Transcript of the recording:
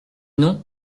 non